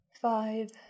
five